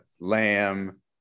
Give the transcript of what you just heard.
Lamb